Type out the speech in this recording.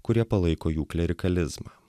kurie palaiko jų klerikalizmą